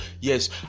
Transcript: yes